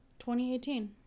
2018